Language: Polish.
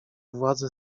władzę